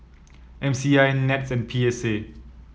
M C I NETS and P S A